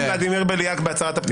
חבר הכנסת ולדימיר בליאק, בבקשה.